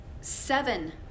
seven